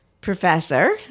professor